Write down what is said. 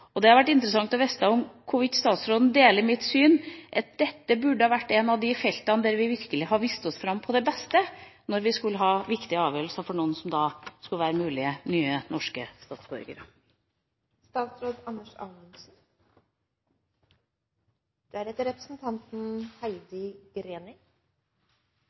Det hadde vært interessant å vite om statsråden deler mitt syn, at dette burde vært et av de feltene der vi virkelig hadde vist oss fram på det beste, når vi skulle ta viktige avgjørelser for noen som skulle være mulige nye norske